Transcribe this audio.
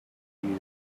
you